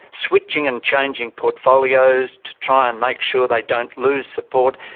switching and changing portfolios to try and make sure they don't lose support,